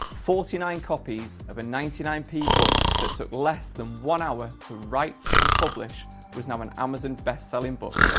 forty nine copies, of a ninety nine p book that took less than one hour to write and publish was now an amazon best-selling book.